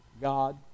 God